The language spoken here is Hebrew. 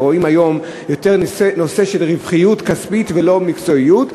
שרואים שם היום יותר נושא של רווחיות כספית ולא מקצועיות.